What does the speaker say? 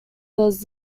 does